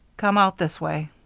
come out this way.